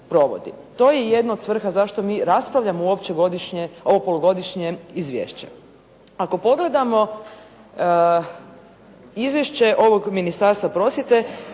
To je jedna od svrha zašto mi raspravljamo uopće godišnje, ovo polugodišnje izvješće. Ako pogledamo izvješće ovog Ministarstva prosvjete